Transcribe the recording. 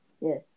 Yes